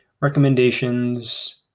recommendations